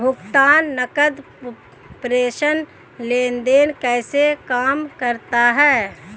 भुगतान नकद प्रेषण लेनदेन कैसे काम करता है?